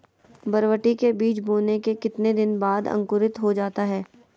बरबटी के बीज बोने के कितने दिन बाद अंकुरित हो जाता है?